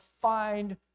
find